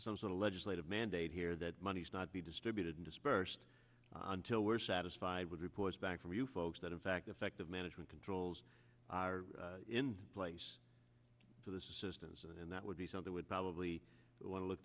some sort of legislative mandate here that money's not be distributed in dispersed until we're satisfied with reports back from you folks that in fact effective management controls are in place for this assistance and that would be something you'd probably want to look